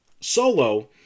solo